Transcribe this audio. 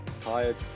Tired